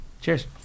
cheers